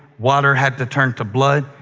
water had to turn to blood.